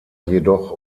jedoch